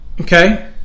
okay